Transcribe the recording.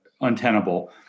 untenable